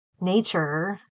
nature